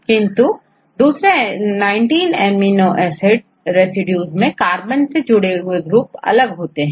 किंतु दूसरे19 amino acid residues में कार्बन से जुड़े हुए ग्रुप अलग होते हैं